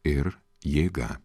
ir jėga